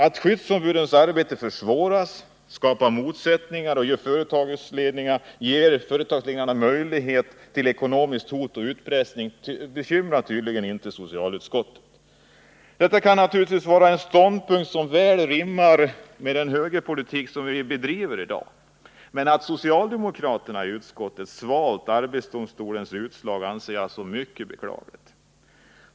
Att skyddsombudens arbete försvåras, att det skapas motsättningar och att företagsledningarna får möjligheter till ekonomiskt hot och till utpressning bekymrar inte socialutskottet. Detta kan naturligtvis vara en ståndpunkt som väl rimmar med den högerpolitik som regeringen bedriver i dag. Men att socialdemokraterna i utskottet svalt arbetsdomstolens utslag anser jag vara mycket beklagligt.